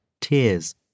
tears